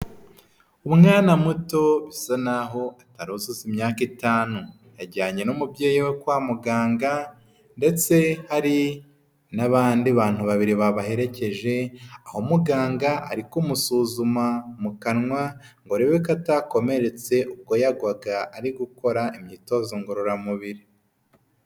Umwana muto bisa naho ataruzuza imyaka itanu yajyanye n'umubyeyi we kwa muganga ndetse hari n'abandi bantu babiri babaherekeje aho muganga ari kumusuzuma mu kanwa ngo arebe ko atakomeretse ubwo yagwaga ari gukora imyitozo ngororamubiri.